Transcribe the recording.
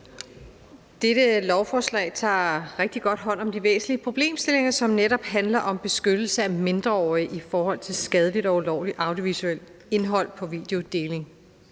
Dette lovforslag tager rigtig godt hånd om de væsentlige problemstillinger, som netop handler om beskyttelse af mindreårige i forhold til skadeligt og ulovligt audiovisuelt indhold på